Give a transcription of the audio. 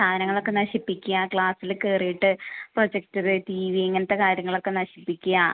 സാധനങ്ങളൊക്കെ നശിപ്പിക്കുക ക്ലാസില് കയറിയിട്ട് പ്രൊജക്ടറ് ടി വി ഇങ്ങനത്ത കാര്യങ്ങൾ ഒക്കെ നശിപ്പിക്കുക